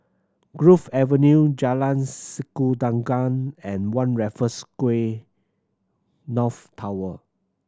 Grove Avenue Jalan Sikudangan and One Raffles Quay North Tower